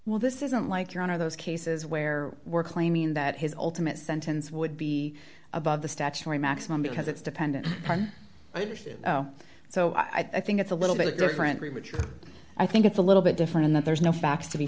well this isn't like your own are those cases where we're claiming that his ultimate sentence would be above the statutory maximum because it's dependent upon so i think it's a little bit different richard i think it's a little bit different in that there's no facts to be